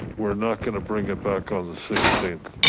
we're not going to bring it back on the sixteenth.